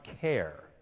care